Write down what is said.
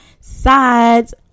sides